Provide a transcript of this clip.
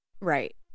Right